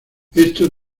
esto